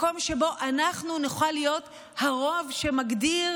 מקום שבו אנחנו נוכל להיות הרוב שמגדיר